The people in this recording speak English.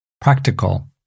Practical